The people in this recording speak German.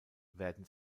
werden